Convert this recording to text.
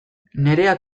nerea